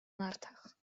nartach